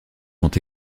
sont